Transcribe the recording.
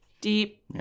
deep